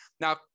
Now